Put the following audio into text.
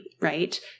right